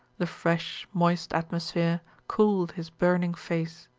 the fresh moist atmosphere cooled his burning face.